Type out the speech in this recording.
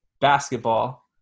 basketball